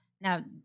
Now